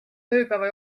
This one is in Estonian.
tööpäeva